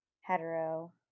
hetero